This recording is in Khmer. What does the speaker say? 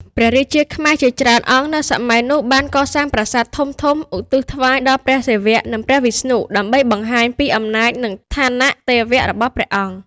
ព្រះរាជាខ្មែរជាច្រើនអង្គនៅសម័យនោះ បានកសាងប្រាសាទធំៗឧទ្ទិសថ្វាយដល់ព្រះសិវៈ និងព្រះវិស្ណុ ដើម្បីបង្ហាញពីអំណាច និងឋានៈទេវៈរបស់ព្រះអង្គ។